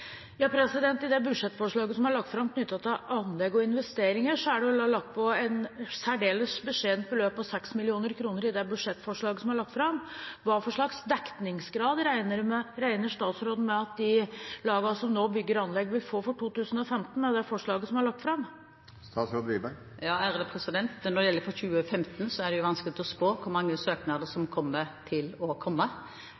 anlegg og investeringer, er det lagt på et særdeles beskjedent beløp på 6 mill. kr. Hva slags dekningsgrad regner statsråden med at de lagene som nå bygger anlegg, vil få for 2015 med det forslaget som er lagt fram? Når det gjelder 2015, er det vanskelig å spå hvor mange søknader som